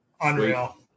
Unreal